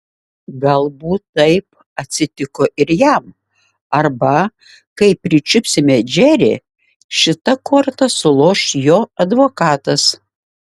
galbūt taip atsitiko ir jam arba kai pričiupsime džerį šita korta suloš jo advokatas